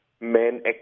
men